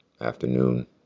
afternoon